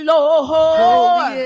Lord